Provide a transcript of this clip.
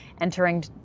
entering